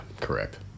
correct